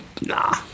nah